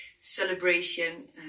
celebration